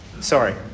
Sorry